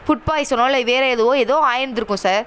food பாய்சனோ இல்லை வேறு எதுவோ ஏதோ ஆகிருந்துருக்கும் சார்